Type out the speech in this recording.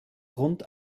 grund